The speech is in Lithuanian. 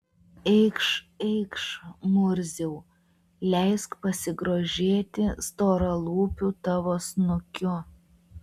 eikš eikš murziau leisk pasigrožėti storalūpiu tavo snukiu